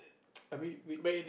err I mean which